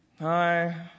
Hi